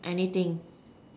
anything